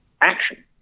action